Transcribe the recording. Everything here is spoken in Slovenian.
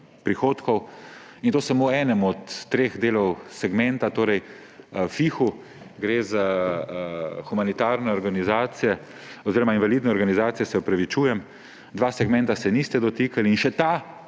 prihodkov, in to samo enemu od treh delov segmentov, torej FIHO. Gre za humanitarne organizacije oziroma invalidne organizacije, se opravičujem. Dveh segmentov se niste dotikali. In še ta,